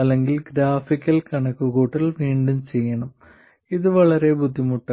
അല്ലെങ്കിൽ ഗ്രാഫിക്കൽ കണക്കുകൂട്ടൽ വീണ്ടും ചെയ്യണം ഇത് വളരെ ബുദ്ധിമുട്ടാണ്